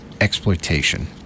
exploitation